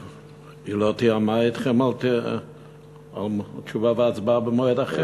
היא לא תיאמה אתכם תשובה והצבעה במועד אחר?